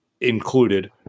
included